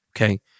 okay